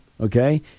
okay